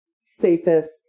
safest